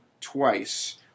twice